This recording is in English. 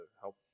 help